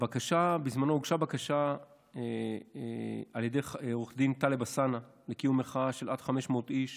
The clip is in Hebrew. בזמנו הוגשה בקשה על ידי עו"ד טלב א-סאנע לקיום מחאה של עד 500 איש